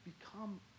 become